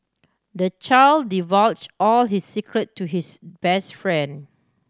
the child divulge all his secret to his best friend